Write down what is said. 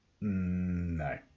No